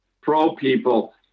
pro-people